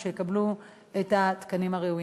שיקבלו את התקנים הראויים.